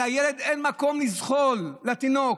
לילד אין מקום לזחול, לתינוק.